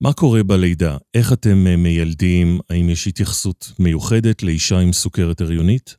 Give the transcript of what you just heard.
מה קורה בלידה? איך אתם מיילדים? האם יש התייחסות מיוחדת לאישה עם סוכרת הריונית?